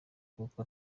kuko